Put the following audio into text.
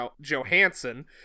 Johansson